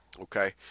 Okay